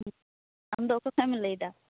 ᱟᱢᱫᱚ ᱚᱠᱟᱠᱷᱚᱡ ᱮᱢ ᱞᱟ ᱭᱮᱫᱟ